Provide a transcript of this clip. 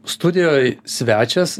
studijoj svečias